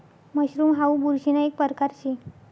mushroom हाऊ बुरशीना एक परकार शे